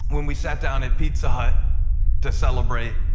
when we sat down at pizza hut to celebrate,